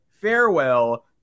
farewell